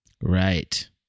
Right